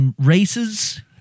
races